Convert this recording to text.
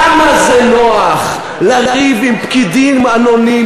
כשאת עולה על דוכן הכנסת ומנאצת